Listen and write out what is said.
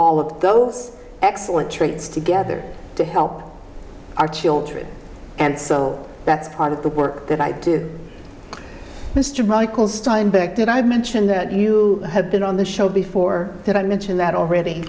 all of those excellent traits together to help our children and so that's part of the work that i do mr michael steinberg did i mention that you have been on the show before that i mentioned that already